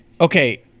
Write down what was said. Okay